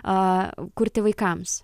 a kurti vaikams